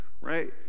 Right